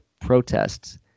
protests